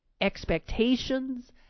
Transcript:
expectations